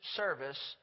service